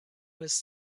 was